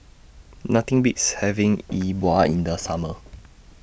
Nothing Beats having E Bua in The Summer